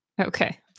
Okay